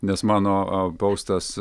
nes mano postas